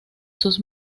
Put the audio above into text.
sus